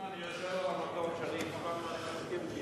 אם אני יושב במקום שלי, שאני מסכים.